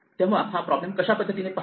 तेव्हा हा प्रॉब्लेम कशा पद्धतीने पहावा